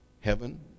Heaven